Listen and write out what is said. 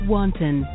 Wanton